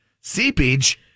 seepage